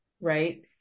right